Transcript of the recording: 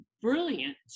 brilliant